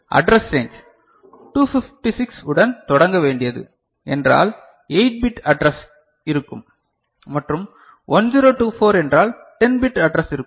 எனவே address range 256 உடன் தொடங்க வேண்டியது என்றால் 8 பிட் அட்ரஸ் இருக்கும் மற்றும் 1024 என்றால் 10 பிட் அட்ரஸ் இருக்கும்